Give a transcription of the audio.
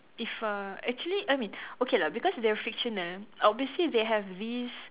if uh actually I mean okay lah because they were fictional obviously they have these